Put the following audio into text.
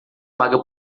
paga